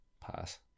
Pass